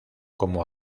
como